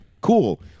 Cool